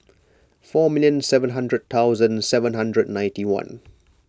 four minute seven hundred thousand seven hundred ninety one